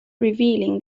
revealing